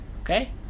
okay